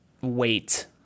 wait